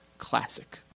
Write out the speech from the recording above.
Classic